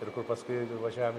ir kur paskui irgi važiavom